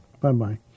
Bye-bye